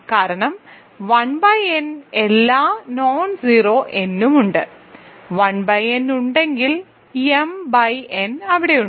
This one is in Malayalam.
കാരണം 1 n എല്ലാ നോൺജെറോ n നും ഉണ്ട് 1n ഉണ്ടെങ്കിൽ m by n അവിടെ ഉണ്ട്